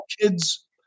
kids